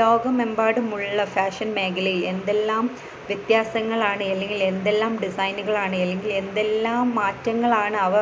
ലോകമെമ്പാടുമുള്ള ഫാഷൻ മേഖലയിൽ എന്തെല്ലാം വ്യത്യാസങ്ങളാണ് അല്ലെങ്കിൽ എന്തെല്ലാം ഡിസൈനുകളാണ് അല്ലെങ്കിൽ എന്തെല്ലാം മാറ്റങ്ങളാണ് അവ